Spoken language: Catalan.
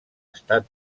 estat